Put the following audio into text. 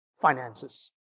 finances